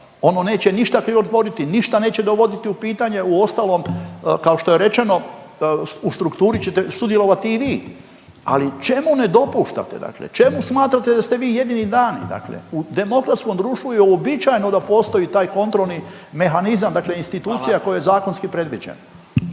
Ono neće ništa krivotvoriti, ništa neće dovoditi u pitanje. Uostalom kao što je rečeno u strukturi ćete sudjelovati i vi, ali čemu ne dopuštate, dakle čemu smatrate da ste vi jedini dani? Dakle u demokratskom društvu je uobičajeno da postoji taj kontrolni mehanizam, dakle institucija koja je zakonski predviđena.